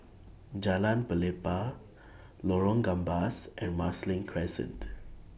Jalan Pelepah Lorong Gambas and Marsiling Crescent